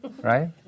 Right